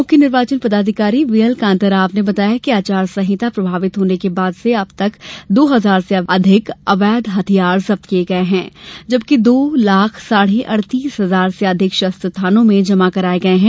मुख्य निर्वाचन पदाधिकारी वीएल कांताराव ने बताया कि आचार संहिता प्रभावित होने के बाद से अब तक दो हजार से अधिक अवैध हथियार जब्त किये गये हैं जबकि दो लाख साढ़े अड़तीस हजार से अधिक शस्त्र थानों में जमा कराये गये हैं